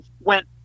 went